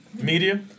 Media